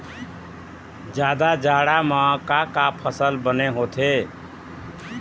जादा जाड़ा म का का फसल बने होथे?